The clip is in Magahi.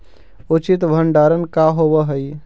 उचित भंडारण का होव हइ?